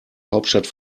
hauptstadt